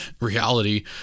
reality